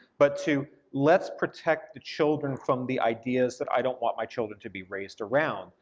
but to let's protect the children from the ideas that i don't want my children to be raised around,